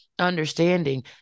understanding